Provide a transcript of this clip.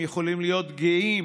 הם יכולים להיות גאים